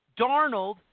Darnold